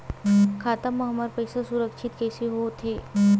खाता मा हमर पईसा सुरक्षित कइसे हो थे?